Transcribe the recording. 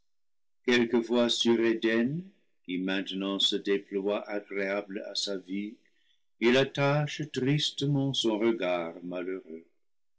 quelquefois sur eden qui maintenant se déploie agréable à sa vue il attache tristement son regard malheureux